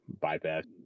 bypass